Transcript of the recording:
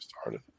started